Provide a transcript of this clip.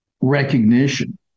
recognition